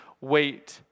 wait